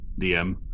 DM